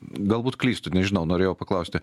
galbūt klystu nežinau norėjau paklausti